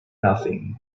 nothing